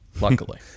Luckily